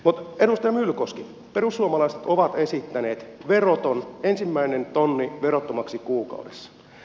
edustaja myllykoski perussuomalaiset ovat esittäneet että ensimmäinen tonni verottomaksi kuukaudessa